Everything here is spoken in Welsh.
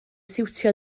siwtio